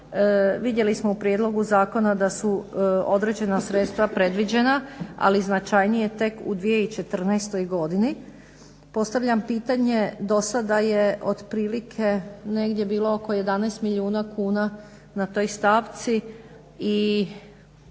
vidjeli smo u prijedlogu zakona da su određena sredstva predviđena, ali značajnije tek u 2014. godini. Postavljam pitanje, dosada je otprilike negdje bilo oko 11 milijuna kuna na toj stavci i